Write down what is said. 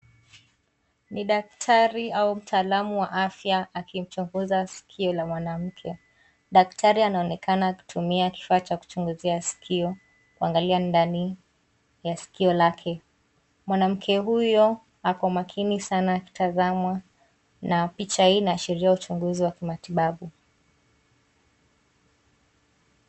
Ni daktari au mtaalamu wa afya akimchunguza sikio la mwanamke. Daktari anaonekana akitumia kifaa cha kuchunguzia sikio kuangalia ndani ya sikio lake. Mwanamke huyo ako makini sana akitazamwa na picha hii inaashiria uchunguzi wa kimatibabu.